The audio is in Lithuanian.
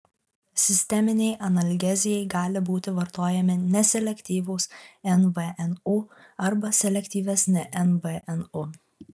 sisteminei analgezijai gali būti vartojami neselektyvūs nvnu arba selektyvesni nvnu